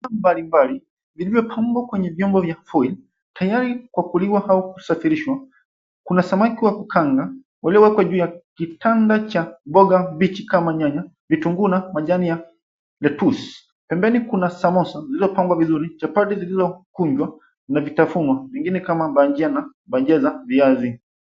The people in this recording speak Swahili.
Mbalimbali vilivyopambwa kwenye vyombo vya foil tayari kwa kuliwa au kusafirishwa. Kuna samaki wa kukanga waliowekwa juu ya kitanda cha mboga mbichi kama nyanya, vitunguu na majani ya lettuce . Pembeni kuna samosa zilizopangwa vizuri, chapati zilizokunjwa na vitafunwa vingine kama bajia na bajia za viazi.